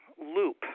loop